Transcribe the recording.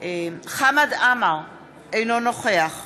חמד עמאר, אינו נוכח